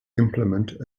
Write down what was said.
implement